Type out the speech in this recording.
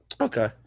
okay